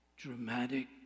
dramatic